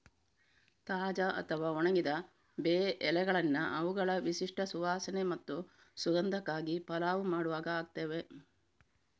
ತಾಜಾ ಅಥವಾ ಒಣಗಿದ ಬೇ ಎಲೆಗಳನ್ನ ಅವುಗಳ ವಿಶಿಷ್ಟ ಸುವಾಸನೆ ಮತ್ತು ಸುಗಂಧಕ್ಕಾಗಿ ಪಲಾವ್ ಮಾಡುವಾಗ ಹಾಕ್ತೇವೆ